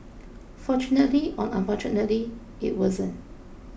fortunately or unfortunately it wasn't